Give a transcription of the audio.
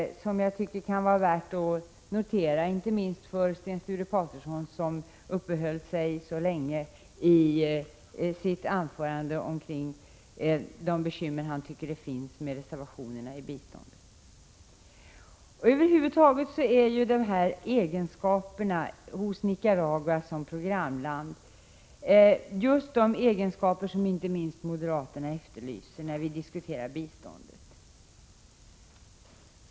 Det kan vara värt att notera, inte minst för Sten Sture Paterson som i sitt anförande uppehöll sig så länge vid de bekymmer han ansåg reservationerna i biståndet utgöra. Över huvud taget är dessa egenskaper hos Nicaragua som programland just de egenskaper som inte minst moderaterna efterlyser när vi diskuterar det svenska biståndet.